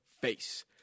face